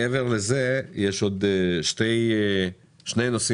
מעבר לזה יש עוד שני נושאים